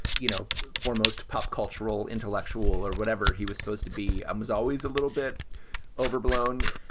you know, formost, pop, cultural, intellectual or whatever he was supposed to be and was always a little bit overblown.